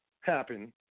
happen